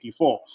1984